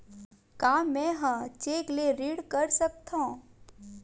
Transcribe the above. का मैं ह चेक ले ऋण कर सकथव?